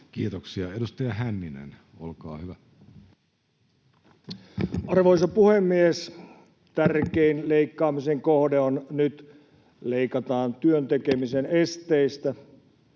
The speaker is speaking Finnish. Kiitoksia. — Edustaja Hänninen, olkaa hyvä. Arvoisa puhemies! Tärkein leikkaamisen kohde on nyt, että leikataan työn tekemisen esteistä.